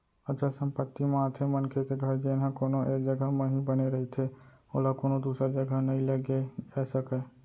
अचल संपत्ति म आथे मनखे के घर जेनहा कोनो एक जघा म ही बने रहिथे ओला कोनो दूसर जघा नइ लेगे जाय सकय